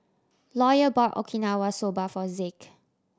Lawyer bought Okinawa Soba for Zeke